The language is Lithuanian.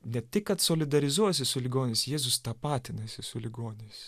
ne tik kad solidarizuojasi su ligoniais jėzus tapatinasi su ligoniais